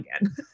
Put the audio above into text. again